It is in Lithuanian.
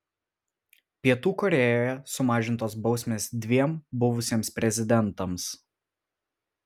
pietų korėjoje sumažintos bausmės dviem buvusiems prezidentams